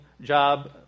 job